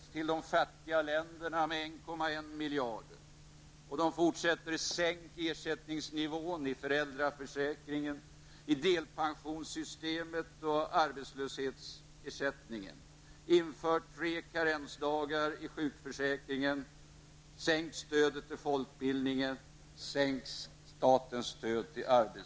De moderata stridsropen känns igen när moderaterna attackerar vårt välfärdssamhälle: -- Inför tre karensdagar i sjukförsäkringen, sänk stödet till folkbildningen.